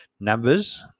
numbers